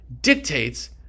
dictates